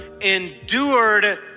endured